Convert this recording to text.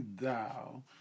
thou